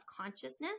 consciousness